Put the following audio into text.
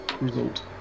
result